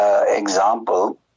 example